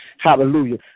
Hallelujah